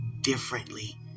differently